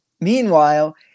Meanwhile